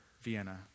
Vienna